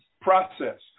process